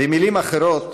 במילים אחרות,